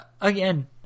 again